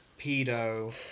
pedo